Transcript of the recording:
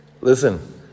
Listen